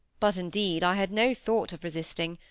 but, indeed, i had no thought of resisting.